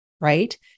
right